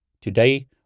today